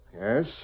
Yes